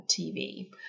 tv